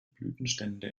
blütenstände